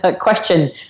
question